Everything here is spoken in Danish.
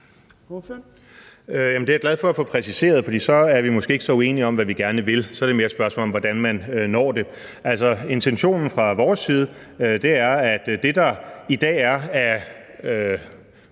Det er jeg glad for at få præciseret, for så er vi måske ikke så uenige om, hvad vi gerne vil. Så er det mere et spørgsmål om, hvordan man når det. Altså, intentionen fra vores side er: Det, der i dag er af